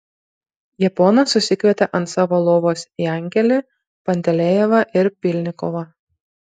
japonas susikvietė ant savo lovos jankelį pantelejevą ir pylnikovą